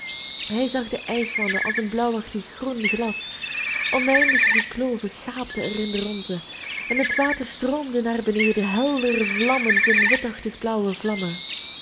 hij zag de ijswanden als een blauwachtig groen glas oneindige kloven gaapten er in de rondte en het water stroomde naar beneden helder vlammend in witachtig blauwe vlammen